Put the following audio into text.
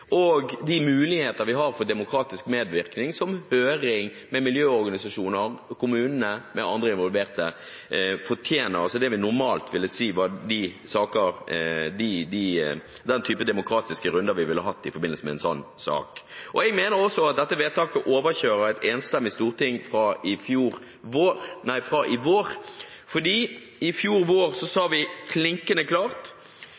og med de muligheter vi har for demokratisk medvirkning. Dette fortjener f.eks. høring med miljøorganisasjoner, med kommunene og med andre involverte – det vi normalt ville si var den typen demokratiske runder vi ville hatt i forbindelse med en sånn sak. Jeg mener også at dette vedtaket overkjører et enstemmig storting fra i vår.